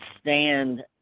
stand